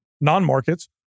non-markets